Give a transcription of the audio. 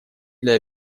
для